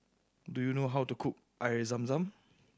do you know how to cook Air Zam Zam